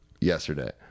yesterday